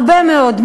הרבה מאוד,